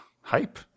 hype